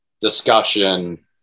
discussion